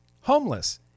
homeless